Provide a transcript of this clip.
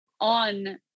on